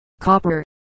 copper